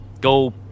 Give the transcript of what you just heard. go